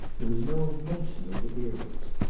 there is no mention of the earrings.